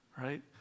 Right